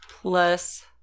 plus